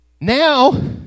now